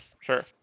Sure